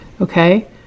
Okay